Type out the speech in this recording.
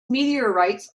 meteorites